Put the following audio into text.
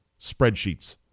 spreadsheets